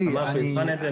אמר שהוא יבחן את זה.